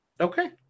Okay